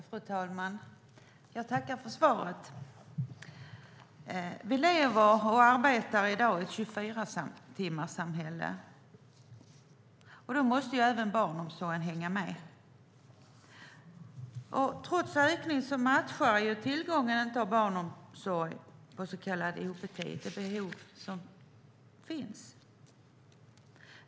Fru talman! Jag tackar statsrådet för svaret. Vi lever och arbetar i dag i ett 24-timmarssamhälle, och då måste även barnomsorgen hänga med. Trots ökningen matchar tillgången på barnomsorg under så kallad ob-tid inte det behov som finns.